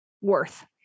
worth